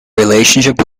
relationship